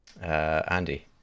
Andy